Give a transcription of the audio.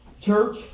church